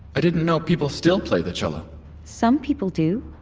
i didn't know people still play the cello some people do.